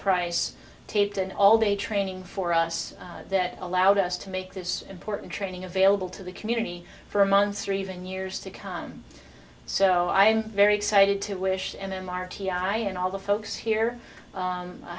price taped an all day training for us that allowed us to make this important training available to the community for months or even years to come so i'm very excited to wish and them r t i and all the folks here